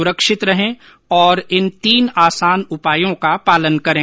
सुरक्षित रहें और इन तीन आसान उपायों का पालन करें